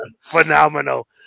phenomenal